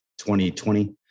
2020